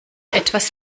etwas